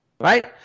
right